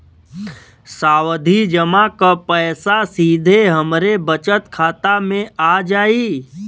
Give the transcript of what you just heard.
सावधि जमा क पैसा सीधे हमरे बचत खाता मे आ जाई?